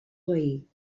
veí